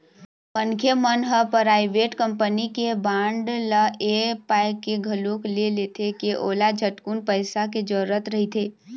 मनखे मन ह पराइवेट कंपनी के बांड ल ऐ पाय के घलोक ले लेथे के ओला झटकुन पइसा के जरूरत रहिथे